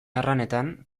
erranetan